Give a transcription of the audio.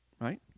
Right